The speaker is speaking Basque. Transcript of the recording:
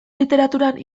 literaturan